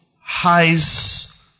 highs